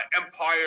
empire